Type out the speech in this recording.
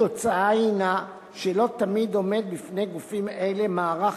התוצאה הינה שלא תמיד עומד בפני גופים אלה מערך